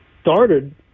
started